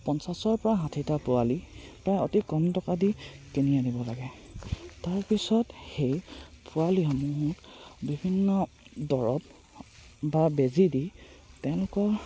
পঞ্চাছৰ পৰা ষাঠিটা পোৱালি প্ৰায় অতি কম টকা দি কিনি আনিব লাগে তাৰপিছত সেই পোৱালীসমূহক বিভিন্ন দৰৱ বা বেজী দি তেওঁলোকক